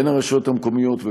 בין הרשויות המקומיות,